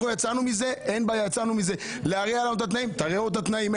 רוצים להרע לנו את התנאים, תרעו את התנאים.